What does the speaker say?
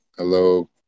Hello